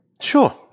Sure